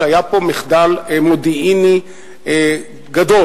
שהיה פה מחדל מודיעיני גדול.